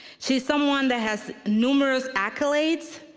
she's someone that has numerous accolades.